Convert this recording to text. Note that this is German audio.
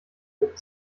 wirkt